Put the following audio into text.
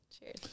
Cheers